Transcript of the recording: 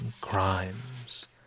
crimes